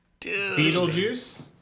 Beetlejuice